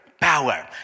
Power